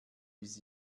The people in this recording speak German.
bis